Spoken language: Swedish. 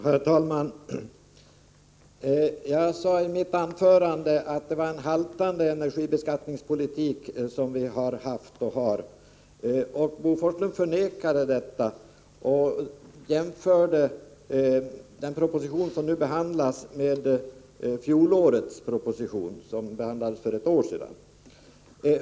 Herr talman! Jag sade i mitt anförande att vi haft, och har, en haltande energibeskattningspolitik. Bo Forslund förnekade detta och jämförde den proposition som vi nu diskuterar med fjolårets proposition, som behandlades för ett år sedan.